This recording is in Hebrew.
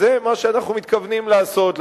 וזה מה שאנחנו מתכוונים לעשות.